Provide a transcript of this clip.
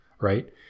right